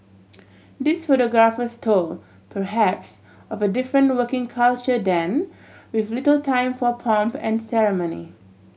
these photographs told perhaps of a different working culture then with little time for pomp and ceremony